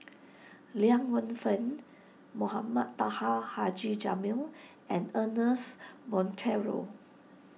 Liang Wenfu Mohamed Taha Haji Jamil and Ernest Monteiro